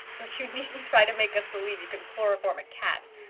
but you needn't try to make us believe you can chloroform a cat,